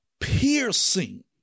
piercing